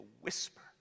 whisper